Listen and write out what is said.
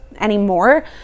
anymore